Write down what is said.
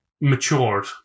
matured